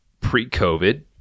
pre-COVID